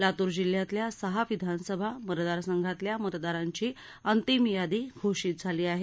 लातूर जिल्ह्यातल्या सहा विधानसभा मतदारसंघातल्या मतदारांची अंतिम यादी घोषित झाली आहे